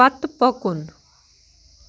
پتہٕ پکُن